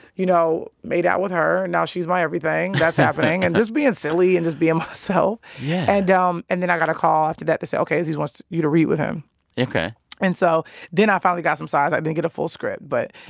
you know, made out with her. now she's my everything. that's happening and just being silly and just being myself so yeah and um and then i got a call after that to say, ok, aziz wants you to read with him ok and so then i finally got some sides. i didn't get a full script but.